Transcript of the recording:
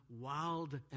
wild